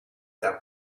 thou